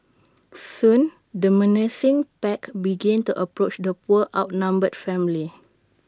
soon the menacing pack began to approach the poor outnumbered family